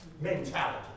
mentality